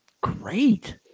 great